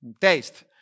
taste